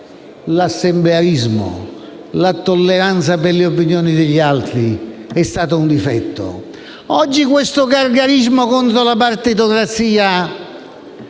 l'assemblearismo e la tolleranza per le opinioni degli altri sono state un difetto? Oggi questo "gargarismo" contro la partitocrazia